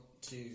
two